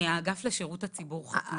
האגף לשירות הציבור חתום.